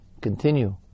continue